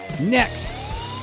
next